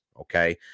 okay